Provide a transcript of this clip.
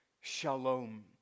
shalom